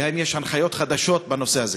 והאם יש הנחיות חדשות בנושא הזה?